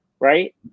right